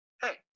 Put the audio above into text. Hey